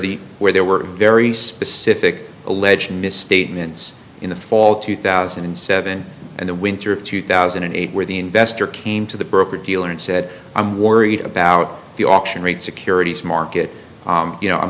the where there were very specific alleged misstatements in the fall two thousand and seven and the winter of two thousand and eight where the investor came to broker dealer and said i'm worried about the auction rate securities market you know i'm